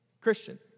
Christian